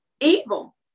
evil